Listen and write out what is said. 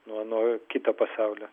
nuo nuo kito pasaulio